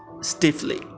stiffly